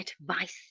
advice